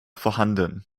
vorhanden